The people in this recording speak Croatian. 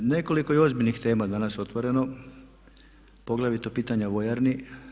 Nekoliko je ozbiljnih tema danas otvoreno, poglavito pitanja vojarni.